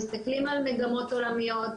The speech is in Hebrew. מסתכלים על מגמות עולמיות,